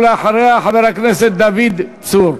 לאחריה, חבר הכנסת דוד צור.